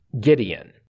Gideon